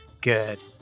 good